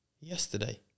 yesterday